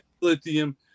lithium